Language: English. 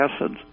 acids